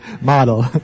model